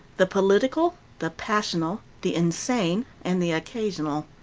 the political, the passional, the insane, and the occasional.